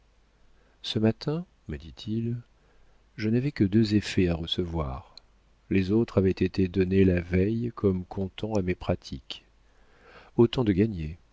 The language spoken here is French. ce matin me dit-il je n'avais que deux effets à recevoir les autres avaient été donnés la veille comme comptant à mes pratiques autant de gagné